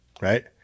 right